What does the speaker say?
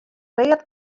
leard